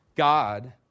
God